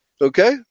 Okay